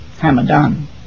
Hamadan